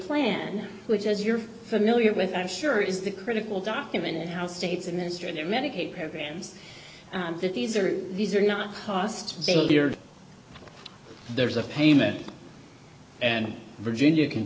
plan which as you're familiar with i'm sure is the critical document and how states administrate their medicaid programs that these are these are not cost there's a payment and virginia can